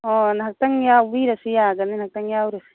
ꯑꯥ ꯉꯍꯥꯛꯇꯪ ꯌꯥꯎꯕꯤꯔꯁꯨ ꯌꯥꯒꯅꯤ ꯉꯍꯥꯛꯇꯪ ꯌꯥꯎꯔꯨꯁꯤ